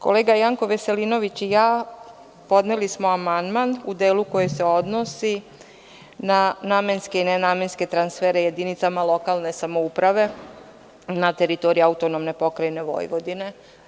Kolega Janko Veselinović i ja podneli smo amandman u delu koji se odnosi na namenske i nenamenske transfere jedinicama lokalne samouprave na teritoriji AP Vojvodine.